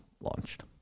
launched